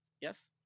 Yes